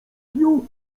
pniu